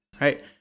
right